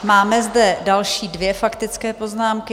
Máme zde další dvě faktické poznámky.